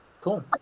Cool